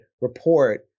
report